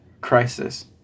crisis